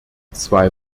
zwei